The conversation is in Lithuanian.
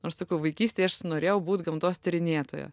aš sakau vaikystėj aš norėjau būti gamtos tyrinėtoja